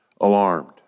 alarmed